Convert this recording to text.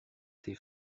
ces